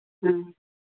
ᱦᱮᱸ